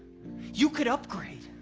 you could upgrade.